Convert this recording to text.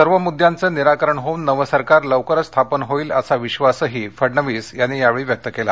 सर्व मुद्द्यांचं निराकरण होऊन नवं सरकार लवकरच स्थापन होईल असा विश्वासही फडणवीस यांनी यावेळी व्यक्त केला